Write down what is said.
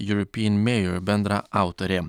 juropien mėjor bendraautorė